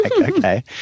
Okay